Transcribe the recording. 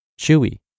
chewy